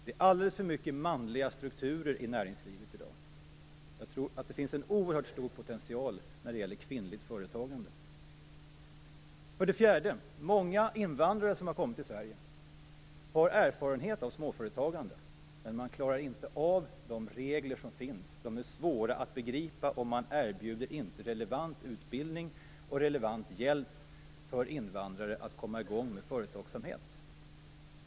Det är alldeles för mycket manliga strukturer i näringslivet i dag. Jag tror att det finns en oerhört stor potential för kvinnligt företagande. För det fjärde har många invandrare som har kommit till Sverige erfarenhet av småföretagande, men man klarar inte av de regler som finns. De är svåra att begripa, och det erbjuds inte relevant utbildning och hjälp för invandrare att komma i gång med företagsamhet.